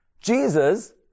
Jesus